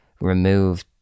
remove